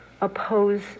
oppose